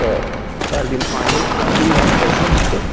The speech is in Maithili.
तऽ चारि दिन पाँच दिन आठ दिन बाद पइसा देतै